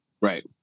Right